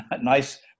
nice